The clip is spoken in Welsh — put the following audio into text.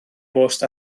bost